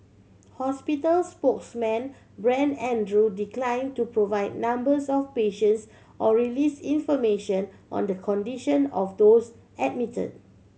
hospital spokesman Brent Andrew decline to provide numbers of patients or release information on the condition of those admit